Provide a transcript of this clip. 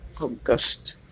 August